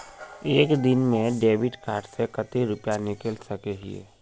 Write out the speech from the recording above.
एक दिन में डेबिट कार्ड से कते रुपया निकल सके हिये?